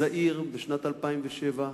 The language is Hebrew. זעיר, בשנת 2007,